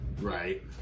right